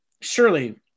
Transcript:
surely